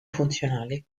funzionali